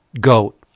goat